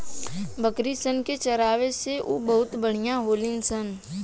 बकरी सन के चरावे से उ बहुते बढ़िया होली सन